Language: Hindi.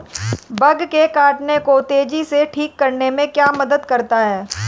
बग के काटने को तेजी से ठीक करने में क्या मदद करता है?